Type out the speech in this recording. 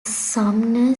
sumner